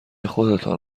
خودتان